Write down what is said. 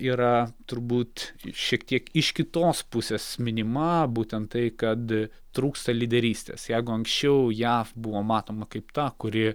yra turbūt šiek tiek iš kitos pusės minima būtent tai kad trūksta lyderystės jeigu anksčiau jav buvo matoma kaip ta kuri